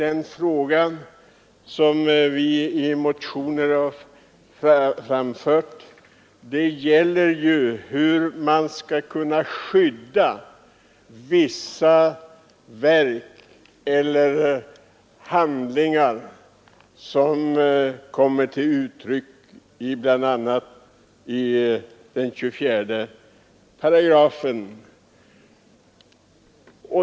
Vi har i motionen 1667 tagit upp frågan hur man skall kunna skydda vissa verk eller handlingar som anges i bl.a. 24 §.